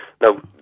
Now